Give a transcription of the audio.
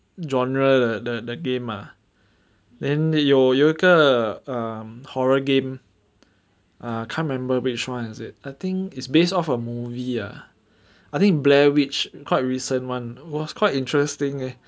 genre 的的 game ah then 有有一个 um horror game ah can't remember which one is it I think is based off a movie ah I think blair witch quite recent [one] was quite interesting eh